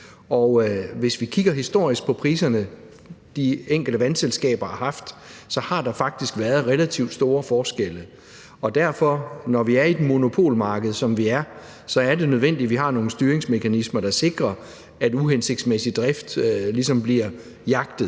Hvis vi kigger historisk på priserne, de enkelte vandselskaber har haft, har der faktisk været relativt store forskelle. Og derfor er det nødvendigt – når vi er på et monopolmarked, som vi er – at vi har nogle styringsmekanismer, der sikrer, at uhensigtsmæssig drift ligesom bliver jagtet.